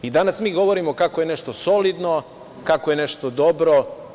Danas mi govorimo kako je nešto solidno, kako je nešto dobro.